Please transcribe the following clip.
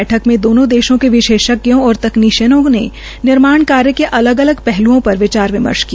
बैठक में दोनों देशों के विशेषज्ञों और तकनीशियनों ने निर्माण कार्य के अलग अलग पहल्ञों पर विचार विमर्श किया